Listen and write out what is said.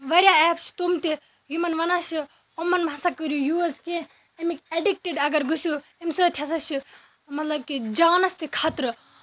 واریاہ اٮ۪پٕس چھِ تِم تہِ یِمَن وَنان چھِ یِمَن ما سا کٔرو یوز کیٚنٛہہ اَمِکۍ ایڑِکٹ اَگر گٔژھو اَمہِ سۭتۍ ہَسا چھُ مطلب کہِ جانَس تہِ خطرٕ